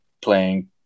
playing